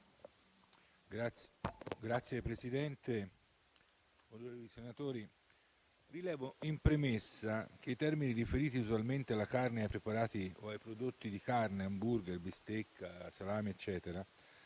Signor Presidente, onorevoli senatori, rilevo in premessa che i termini riferiti usualmente alla carne, ai preparati o ai prodotti di carne (hamburger, bistecca, salame, eccetera)